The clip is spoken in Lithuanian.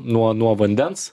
nuo nuo vandens